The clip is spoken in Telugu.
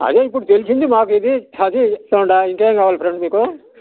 అదే ఇపుడు తెలిసింది మాకు ఇది అది చెప్తున్న ఇంకేం కావాలి ఫ్రెండ్ మీకు